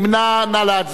נא להצביע, רבותי.